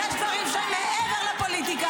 יש דברים שהם מעבר לפוליטיקה.